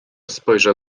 spojrzał